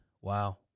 Wow